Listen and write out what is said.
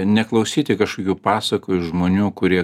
neklausyti kažkokių pasakų iš žmonių kurie